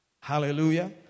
Hallelujah